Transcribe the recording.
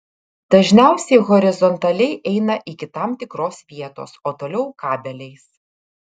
dažniausiai horizontaliai eina iki tam tikros vietos o toliau kabeliais